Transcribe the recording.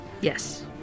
yes